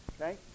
okay